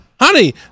Honey